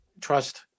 trust